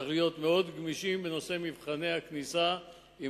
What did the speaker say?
צריך להיות מאוד גמישים במבחני הכניסה אם